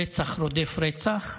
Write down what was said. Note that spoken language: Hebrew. רצח רודף רצח,